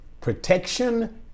protection